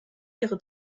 ihre